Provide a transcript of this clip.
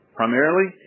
primarily